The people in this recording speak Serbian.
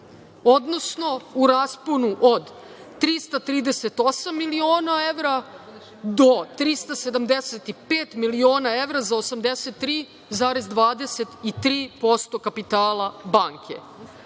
odnosno u rasponu od 338 miliona evra do 375 miliona evra za 83,23% kapitala banke.